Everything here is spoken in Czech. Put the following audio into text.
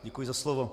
Děkuji za slovo.